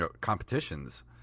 competitions